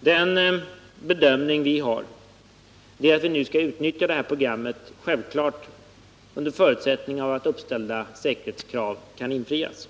Vår bedömning är att vi nu skall utnyttja det här programmet — självfallet under förutsättning att uppställda säkerhetskrav kan infrias.